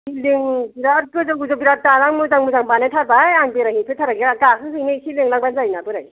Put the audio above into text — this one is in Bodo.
बिलडिं बिराद गोजौ गोजौ बिराद दालां मोजां मोजां बानायथारबाय आं बेरायहैफेरथाराखै गाखोहैनो एसे लेंबानो जायोना बोराय